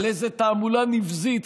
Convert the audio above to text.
על איזו תעמולה נבזית,